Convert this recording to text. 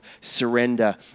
surrender